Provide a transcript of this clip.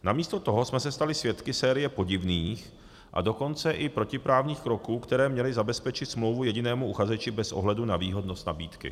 Namísto toho jsme se stali svědky série podivných, a dokonce i protiprávních kroků, které měly zabezpečit smlouvu jedinému uchazeči bez ohledu na výhodnost nabídky.